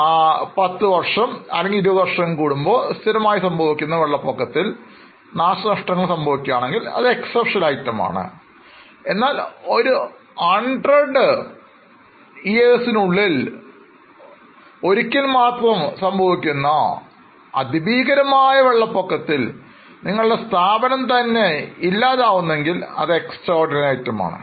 1020 വർഷം കൂടുമ്പോൾ സ്ഥിരമായി സംഭവിക്കുന്ന വെള്ളപ്പൊക്കത്തിൽ നാശനഷ്ടം സംഭവിക്കുകയാണെങ്കിൽ Exceptional item ആണ് എന്നാൽ 100 വർഷത്തിലൊരിക്കൽ സംഭവിക്കുന്ന ഭീകരമായ വെള്ളപ്പൊക്കത്തിൽ നിങ്ങളുടെ സ്ഥാപനം തന്നെ ഇല്ലാതാക്കുകയാണ് എങ്കിൽ Extraordinary item ആണ്